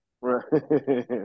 right